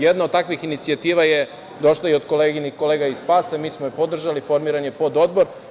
Jedna od takvih inicijativa je došla i od kolega iz SPAS, mi smo je podržali, formiran je pododbor.